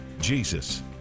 jesus